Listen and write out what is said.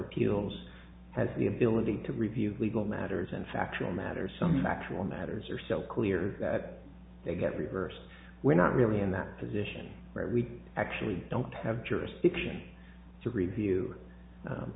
appeals has the ability to review legal matters in factual matters some factual matters are so clear that they get reversed we're not really in that position where we actually don't have jurisdiction to review